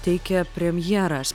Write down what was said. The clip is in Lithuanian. teikia premjeras